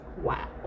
Wow